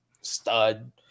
stud